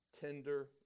tender